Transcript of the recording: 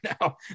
now